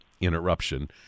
interruption